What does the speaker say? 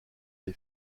des